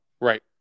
Right